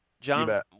john